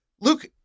Luke